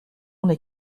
n’est